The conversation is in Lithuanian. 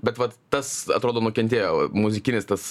bet vat tas atrodo nukentėjo muzikinis tas